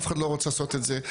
אף אחד לא רוצה לעשות את זה.